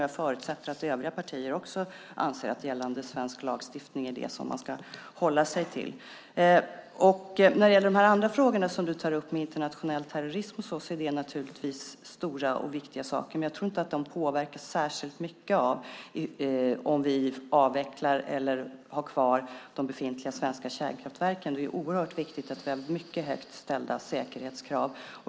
Jag förutsätter att övriga partier också anser att gällande svensk lagstiftning är det som man ska hålla sig till. När det gäller de andra frågorna som du tar upp, om internationell terrorism och så, är det naturligtvis stora och viktiga saker. Men jag tror inte att de påverkas särskilt mycket av om vi avvecklar eller har kvar de befintliga svenska kärnkraftverken. Det är oerhört viktigt att vi har mycket högt ställda säkerhetskrav.